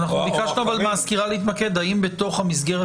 ביקשנו מהסקירה להתמקד האם בתוך המסגרת